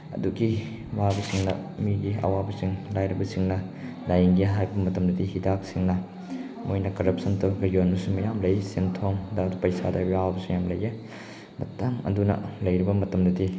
ꯑꯗꯨꯒꯤ ꯃꯥꯕꯨꯁꯤꯡꯅ ꯃꯤꯒꯤ ꯑꯋꯥꯕꯁꯤꯡ ꯂꯥꯏꯔꯕꯁꯤꯡꯅ ꯂꯥꯏꯌꯦꯡꯒꯦ ꯍꯥꯏꯕ ꯃꯇꯝꯗꯗꯤ ꯍꯤꯗꯥꯛ ꯁꯤꯅ ꯃꯣꯏꯅ ꯀꯔꯞꯁꯟ ꯇꯧꯔꯒ ꯌꯣꯟꯕꯁꯨ ꯃꯌꯥꯝ ꯂꯩ ꯁꯦꯟꯗꯣꯛꯗ ꯄꯩꯁꯥꯗ ꯉꯥꯎꯕꯁꯨ ꯃꯌꯥꯝ ꯂꯩꯌꯦ ꯃꯇꯝ ꯑꯗꯨꯅ ꯂꯩꯔꯕ ꯃꯇꯝꯗꯗꯤ